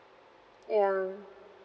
ya